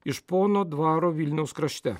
iš pono dvaro vilniaus krašte